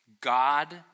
God